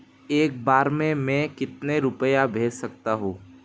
एक बार में मैं कितने रुपये भेज सकती हूँ?